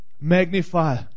magnify